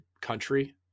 country